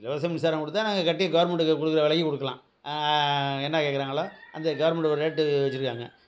இலவச மின்சாரம் கொடுத்தா நாங்க கட்டி கவர்மெண்ட்டுக்கு கொடுக்குற விலைக்கு கொடுக்கலாம் என்ன கேட்குறாங்களோ அந்த கவர்மெண்ட்டு ஒரு ரேட்டு வச்சிருக்காங்க